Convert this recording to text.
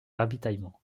ravitaillement